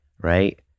right